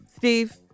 Steve